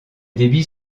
débits